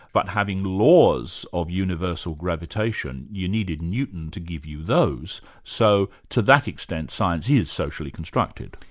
but having laws of universal gravitation, you needed newton to give you those. so to that extent, science is socially constructed.